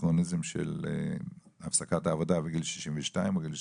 באנכרוניזם של הפסקת העבודה בגיל 62 או בגיל 67,